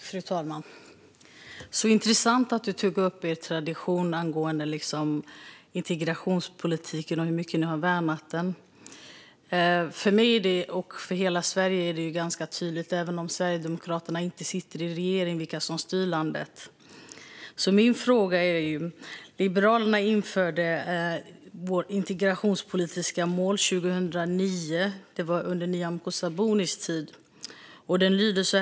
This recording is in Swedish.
Fru talman! Det är intressant att du tog upp er tradition när det gäller integrationspolitiken och hur mycket ni har värnat den, Camilla Mårtensen. Även om Sverigedemokraterna inte sitter i regeringen är det för mig och hela Sverige ganska tydligt vem det är som styr landet. Liberalerna införde nya integrationspolitiska mål 2009, under Nyamko Sabunis tid som integrations och jämställdhetsminister.